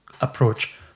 approach